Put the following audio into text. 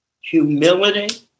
Humility